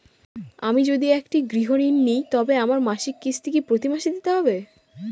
আমি যদি একটি গৃহঋণ নিই তবে আমার মাসিক কিস্তি কি প্রতি মাসে দিতে হবে?